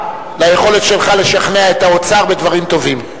ליכולת שלך לשכנע את האוצר בדברים טובים.